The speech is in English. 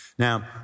Now